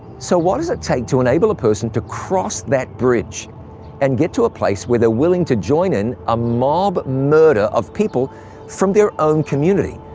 so what does it take to enable a person to cross that bridge and get to a place where they're willing to join in a mob murder of people from their own community,